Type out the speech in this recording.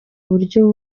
buryo